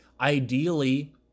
ideally